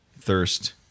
thirst